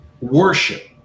worship